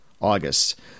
august